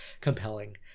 Compelling